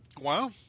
Wow